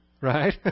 right